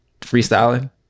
freestyling